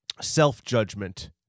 self-judgment